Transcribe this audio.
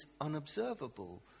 unobservable